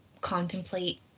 contemplate